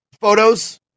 photos